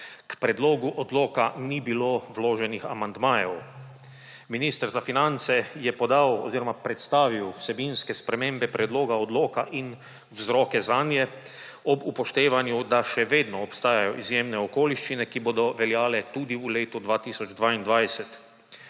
K predlogu odloka ni bilo vloženih amandmajev. Minister za finance je predstavil vsebinske spremembe predloga odloka in vzroke zanje, ob upoštevanju, da še vedno obstajajo izjemne okoliščine, ki bodo veljale tudi v letu 2022.